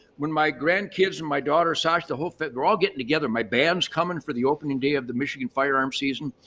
when my grandkids and my daughter sash, the whole fit, they're all getting together. my band's coming for the opening day of the michigan firearm season.